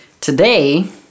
Today